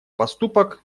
поступок